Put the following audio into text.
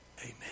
Amen